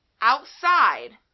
outside